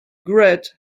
great